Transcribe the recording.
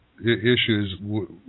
issues